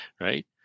Right